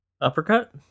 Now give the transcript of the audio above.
uppercut